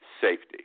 safety